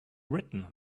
written